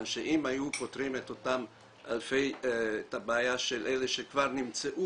אם היו פותרים את הבעיה של אותם אלה שכבר נמצאו